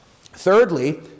Thirdly